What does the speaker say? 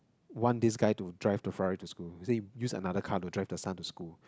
want this guy to drive the Ferrari to school they say use another car to drive the son to school